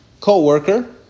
co-worker